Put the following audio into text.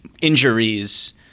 injuries